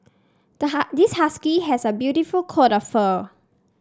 the this husky has a beautiful coat of fur